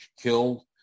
killed